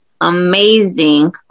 amazing